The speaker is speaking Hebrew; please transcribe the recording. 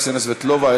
קסניה סבטלובה,